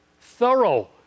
thorough